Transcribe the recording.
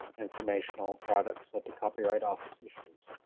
informational products that the copyright office issues.